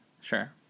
Sure